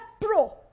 pro